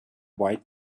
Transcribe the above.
white